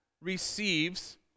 receives